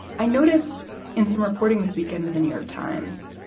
i noticed in some reporting this weekend, the new york times,